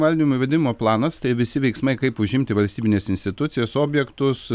valdymo įvedimo planas tai visi veiksmai kaip užimti valstybines institucijas objektus